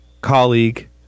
colleague